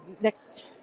next